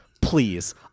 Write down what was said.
please